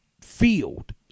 field